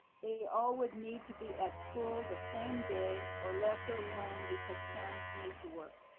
they all would need to be at school the same day or left alone because parents need to work.